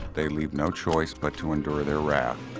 they leave no choice but to endure their wrath.